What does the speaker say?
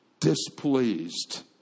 Displeased